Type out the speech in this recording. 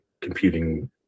computing